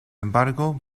embargo